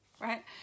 right